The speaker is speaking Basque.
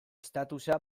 statusa